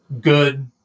good